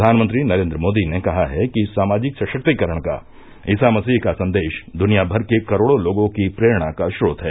प्रधानमंत्री नरेन्द्र मोदी ने कहा है कि सामाजिक सशक्तिकरण का ईसा मसीह का संदेश दुनियामर के करोड़ों लोगों को प्रेरणा का स्रोत है